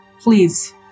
Please